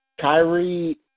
Kyrie